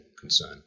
concern